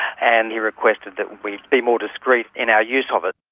and he requested that we be more discreet in our use of it.